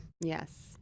yes